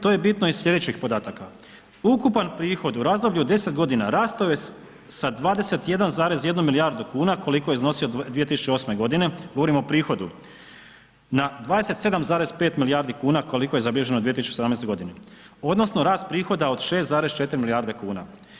To je bitno iz sljedećih podataka, ukupan prihod u razdoblju od 10 godina, rastao je sa 21,1 milijardu kuna, koliko je iznosio u 2008.g. govorimo o prihodu, na 27,5 milijardi kuna, koliko je zabilježeno u 2017.g. odnosno rast prihoda od 6,4 milijarde kuna.